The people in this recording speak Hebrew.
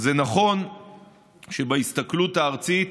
זה נכון שבהסתכלות הארצית,